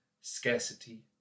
scarcity